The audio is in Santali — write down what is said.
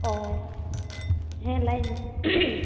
ᱚᱻ ᱦᱮᱸ ᱞᱟᱹᱭᱢᱮ